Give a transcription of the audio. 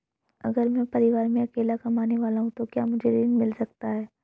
अगर मैं परिवार में अकेला कमाने वाला हूँ तो क्या मुझे ऋण मिल सकता है?